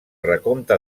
recompte